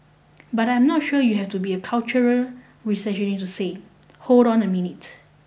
but I am not sure you have to be a cultural reactionary to say hold on a minute